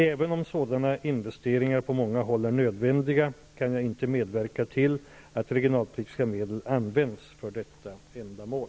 Även om sådana investeringar på många håll är nödvändiga, kan jag inte medverka till att regionalpolitiska medel används för detta ändamål.